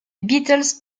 beatles